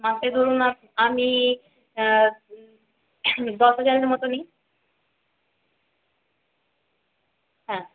মাসে ধরুন আমি দশ হাজারের মতো নিই হ্যাঁ